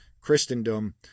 Christendom